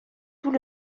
tout